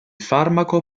farmaco